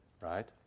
right